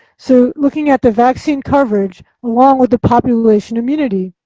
so looking at the vaccine coverage, along with the population immunity,